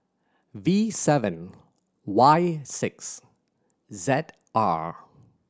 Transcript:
V seven Y six Z R